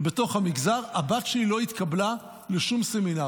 במגזר הבת שלי לא התקבלה לשום סמינר,